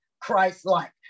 Christ-like